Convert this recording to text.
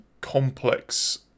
complex